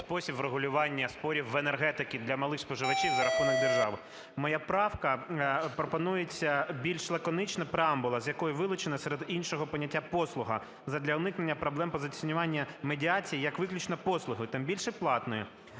спосіб врегулювання спорів в енергетиці для малих споживачів за рахунок держави. Моя правка... Пропонується більш лаконічна преамбула, з якої вилучена серед іншого поняття "послуга" задля уникнення проблем позиціонування медіації як виключно послуги, тим більше платної.